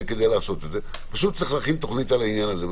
לעשות את זה פשוט צריך להכין תוכנית על העניין הזה.